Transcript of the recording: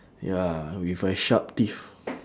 ya with a sharp teeth